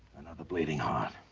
bleeding heart.